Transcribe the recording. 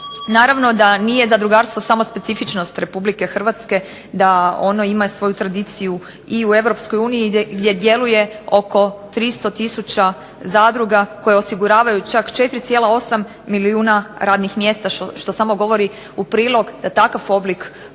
Naravno da nije zadrugarstvo samo specifičnost Republike Hrvatske da ono ima svoju tradiciju i u Europskoj uniji gdje djeluje oko 300 tisuća zadruga koje osiguravaju čak 4,8 milijuna radnih mjesta što samo govori u prilog da takav oblik udruživanja